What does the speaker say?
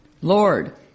Lord